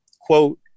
quote